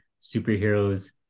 superheroes